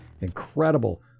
Incredible